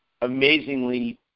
amazingly